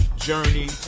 Journey